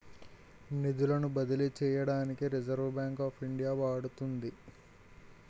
నిధులను బదిలీ చేయడానికి రిజర్వ్ బ్యాంక్ ఆఫ్ ఇండియా వాడుతుంది